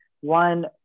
one